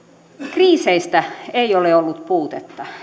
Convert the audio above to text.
kriiseistä ei ole ollut puutetta